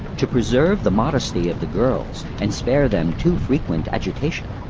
to preserve the modesty of the girls, and spare them too frequent agitation,